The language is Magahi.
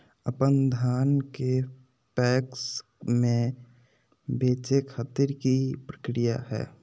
अपन धान के पैक्स मैं बेचे खातिर की प्रक्रिया हय?